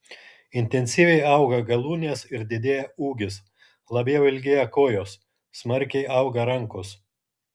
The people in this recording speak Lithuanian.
intensyviai auga galūnės ir didėja ūgis labiau ilgėja kojos smarkiai auga rankos